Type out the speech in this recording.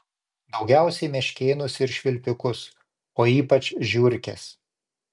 daugiausiai meškėnus ir švilpikus o ypač žiurkes